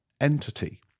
entity